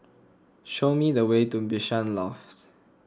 show me the way to Bishan Loft